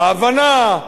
ההבנה,